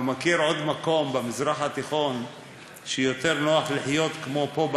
אתה מכיר מקום במזרח התיכון שיותר נוח לחיות בו מאשר פה,